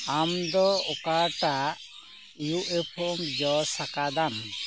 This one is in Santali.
ᱟᱢ ᱫᱚ ᱚᱠᱟᱴᱟᱜ ᱤᱭᱩ ᱮᱯᱷᱳᱢ ᱡᱚᱥ ᱟᱠᱟᱫᱟᱢ